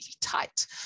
tight